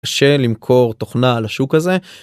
קשה למכור תוכנה על השוק הזה.